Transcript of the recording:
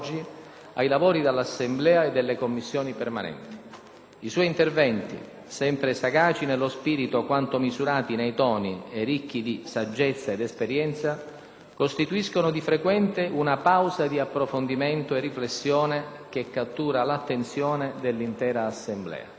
ai lavori dell'Assemblea e delle Commissioni permanenti. I suoi interventi, sempre sagaci nello spirito quanto misurati nei toni e ricchi di saggezza ed esperienza, costituiscono di frequente una pausa di approfondimento e riflessione che cattura l'attenzione dell'intera Assemblea.